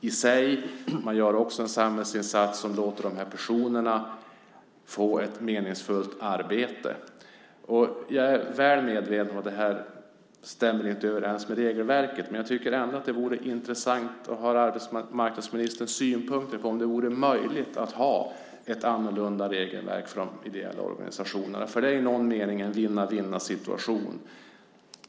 Men man gör också en samhällsinsats genom att låta de här personerna få ett meningsfullt arbete. Jag är väl medveten om att det jag här sagt inte stämmer överens med regelverket. Men det vore ändå intressant att höra arbetsmarknadsministerns synpunkter på om det vore möjligt att ha ett annorlunda regelverk för de ideella organisationerna, för i någon mening är det en vinna-vinna-situation.